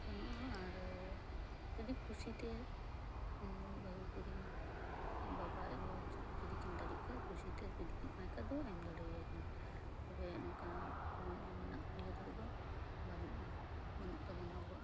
ᱵᱟᱹᱱᱩᱜᱼᱟ ᱟᱨ ᱡᱩᱫᱤ ᱠᱩᱥᱤᱛᱮ ᱵᱟᱹᱦᱩᱠᱩᱲᱤ ᱟᱡ ᱵᱟᱵᱟ ᱟᱡ ᱜᱚᱜᱚ ᱡᱩᱫᱤ ᱠᱤᱱ ᱫᱟᱲᱮᱠᱷᱟᱱ ᱠᱩᱥᱤᱛᱮᱫᱚ ᱮᱢ ᱫᱟᱲᱮᱣᱟᱭᱟᱠᱤᱱ ᱛᱚᱵᱮ ᱱᱩᱠᱟ ᱯᱚᱱ ᱮᱢ ᱨᱤᱱᱟ ᱤᱭᱟᱹ ᱠᱚᱫᱚ ᱵᱟᱹᱱᱩᱜᱼᱟ ᱵᱟᱹᱱᱩᱜ ᱛᱟᱵᱚᱱᱟ ᱟᱵᱚᱣᱟᱜ